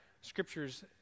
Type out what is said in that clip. scriptures